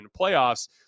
playoffs